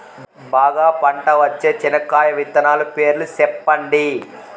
బాగా పంట వచ్చే చెనక్కాయ విత్తనాలు పేర్లు సెప్పండి?